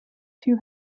two